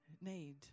need